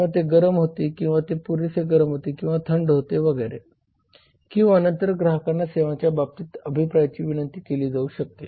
किंवा ते गरम होते किंवा ते पुरेसे गरम होते किंवा थंड होते वगैरे किंवा नंतर ग्राहकांना सेवांच्या बाबतीत अभिप्रायाची विनंती केली जाऊ शकते